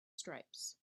stripes